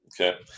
Okay